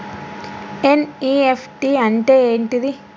NEFT అంటే ఏంటిది?